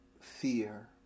fear